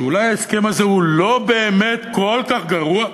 שאולי ההסכם הזה הוא לא באמת כל כך גרוע?